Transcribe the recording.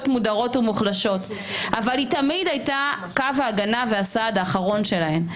מודרות ומוחלשות אבל היא תמיד הייתה קו ההגנה והסעד האחרון שלהם.